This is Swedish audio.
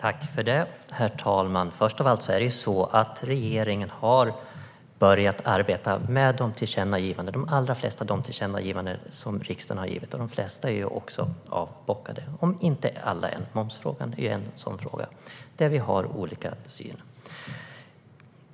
Herr talman! Regeringen har börjat att arbeta med de allra flesta av de tillkännagivanden som riksdagen har lämnat. De flesta är också avbockade, om än inte alla - momsfrågan är till exempel en fråga där vi har olika syn.